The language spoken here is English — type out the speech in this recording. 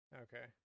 okay